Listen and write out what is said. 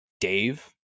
Dave